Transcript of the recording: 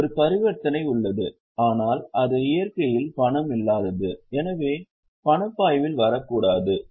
ஒரு பரிவர்த்தனை உள்ளது ஆனால் அது இயற்கையில் பணம் இல்லாதது எனவே பணப்பாய்வில் வரக்கூடாது